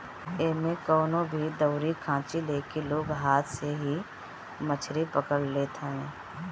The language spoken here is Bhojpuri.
एमे कवनो भी दउरी खाची लेके लोग हाथ से ही मछरी पकड़ लेत हवे